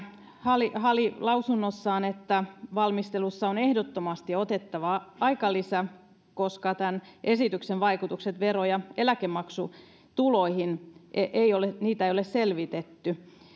hali hali tuo lausunnossaan esille että valmistelussa on ehdottomasti otettava aikalisä koska tämän esityksen vaikutuksia vero ja eläkemaksutuloihin ei ole selvitetty